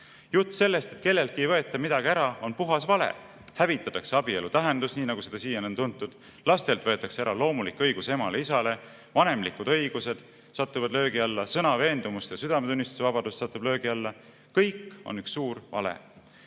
Jutt sellest, et kelleltki ei võeta midagi ära, on puhas vale. Hävitatakse abielu tähendus, nii nagu seda siiani on tuntud, lastelt võetakse ära loomulik õigus emale ja isale, vanemlikud õigused satuvad löögi alla, sõna‑, veendumuste ja südametunnistuse vabadus satub löögi alla. Kõik on üks suur vale.